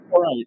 Right